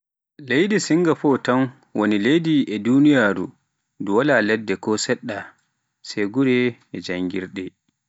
Leydi Singafo tan woni Leydi e duniyaaru ndu wala ladde ko seɗɗa, sai gure e janngirde.